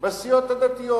בסיעות הדתיות,